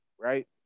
right